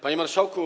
Panie Marszałku!